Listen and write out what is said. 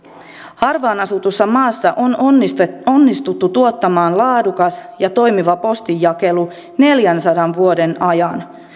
harvaan asutussa maassa on onnistuttu onnistuttu tuottamaan laadukas ja toimiva postinjakelu neljänsadan vuoden ajan